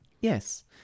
Yes